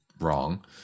wrong